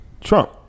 Trump